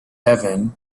devon